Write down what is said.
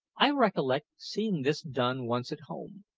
i recollect seeing this done once at home.